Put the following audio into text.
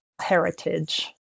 heritage